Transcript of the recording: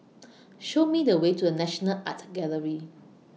Show Me The Way to The National Art Gallery